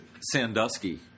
Sandusky